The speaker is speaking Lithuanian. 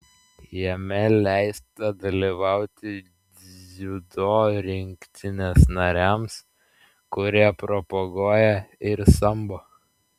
jame leista dalyvauti dziudo rinktinės nariams kurie propaguoja ir sambo